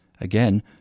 Again